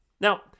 Now